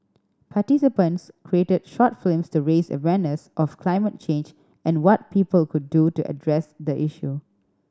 participants created short flames to raise awareness of climate change and what people could do to address the issue